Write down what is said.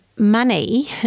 Money